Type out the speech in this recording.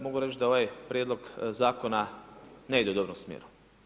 Mogu reći da ovaj prijedlog zakona ne ide u dobrom smjeru.